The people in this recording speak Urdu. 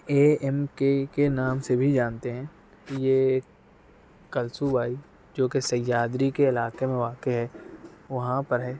اے ایم کے کے نام سے بھی جانتے ہیں یہ کرسو وائز جوکہ سیادری کے علاقے میں واقع ہے وہاں پر ہے